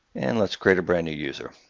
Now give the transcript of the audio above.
and let's create a brand-new user.